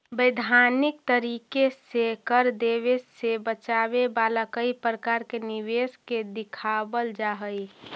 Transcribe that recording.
वैधानिक तरीके से कर देवे से बचावे वाला कई प्रकार के निवेश के दिखावल जा हई